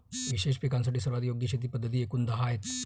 विशेष पिकांसाठी सर्वात योग्य शेती पद्धती एकूण दहा आहेत